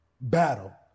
battle